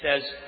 says